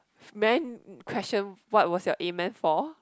may i question what was your amen for